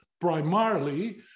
primarily